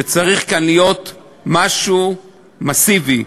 צריך להיות כאן משהו מסיבי,